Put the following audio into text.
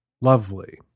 lovely